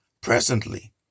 presently